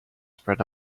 spread